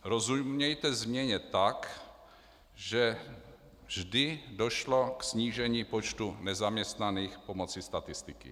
Rozumějte změněna tak, že vždy došlo k snížení počtu nezaměstnaných pomocí statistiky.